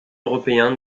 européen